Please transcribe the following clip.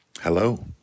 Hello